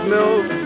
milk